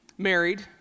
married